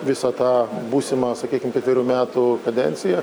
visą tą būsimą sakykime ketverių metų kadenciją